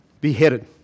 beheaded